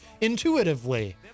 intuitively